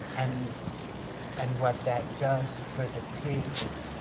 and and what that does for the piece is,